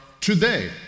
today